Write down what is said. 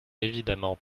évidemment